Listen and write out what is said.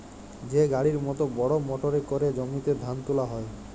যে গাড়ির মত বড় মটরে ক্যরে জমিতে ধাল তুলা হ্যয়